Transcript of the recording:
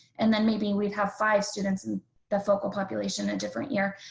and then maybe we'd have five students and the focal population a different year.